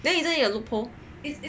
then isn't it a loop hole then